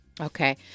Okay